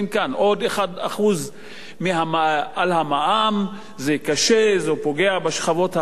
עוד 1% על המע"מ, זה קשה, זה פוגע בשכבות החלשות,